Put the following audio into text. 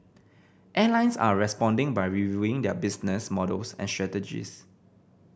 airlines are responding by reviewing their business models and strategies